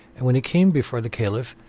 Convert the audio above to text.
and when he came before the caliph,